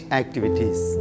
activities